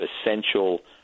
essential